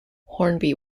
hornby